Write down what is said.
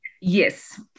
Yes